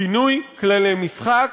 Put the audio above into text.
שינוי כללי משחק,